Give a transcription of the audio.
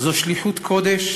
זו שליחות קודש